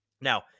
Now